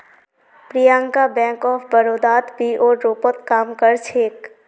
Priyanka bank of बड़ौदात पीओर रूपत काम कर छेक